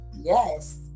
Yes